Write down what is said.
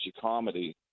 comedy